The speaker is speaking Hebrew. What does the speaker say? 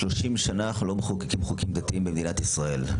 30 שנים אנחנו לא מחוקקים חוקים דתיים במדינת ישראל.